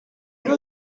know